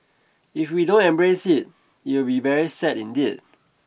if we don't embrace it it will be very sad indeed